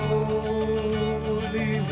Holy